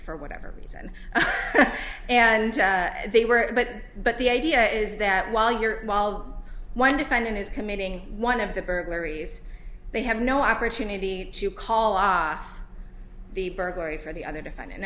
for whatever reason and they were but but the idea is that while you're while one to find it is committing one of the burglaries they have no opportunity to call ah the burglary for the other